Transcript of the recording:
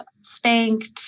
spanked